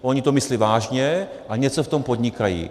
Oni to myslí vážně a něco v tom podnikají.